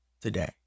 today